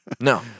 No